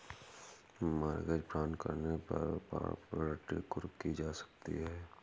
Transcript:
mortgage fraud करने पर property कुर्क की जा सकती है